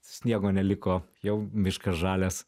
sniego neliko jau miškas žalias